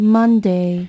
Monday